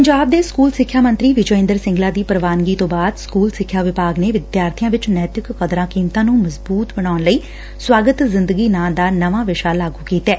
ਪੰਜਾਬ ਦੇ ਸਕੁਲ ਸਿੱਖਿਆ ਮੰਤਰੀ ਵਿਜੈ ਇੰਦਰ ਸਿੰਗਲਾ ਦੀ ਪ੍ਰਵਾਨਗੀ ਤੋ ਬਾਅਦ ਸਕੁਲ ਸਿੱਖਿਆ ਵਿਭਾਗ ਨੇ ਵਿਦਿਆਰਬੀਆਂ ਵਿੱਚ ਨੈਤਿਕ ਕਦਰਾਂ ਕੀਮਤਾਂ ਨੂੰ ਮਜ਼ਬੁਤ ਬਨਾਉਣ ਲਈ ਸਵਾਗਤ ਜ਼ਿੰਦਗੀ ਨਾਂ ਦਾ ਨਵਾਂ ਵਿਸ਼ਾ ਲਾਗੁ ਕੀਤੈ